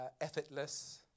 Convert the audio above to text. effortless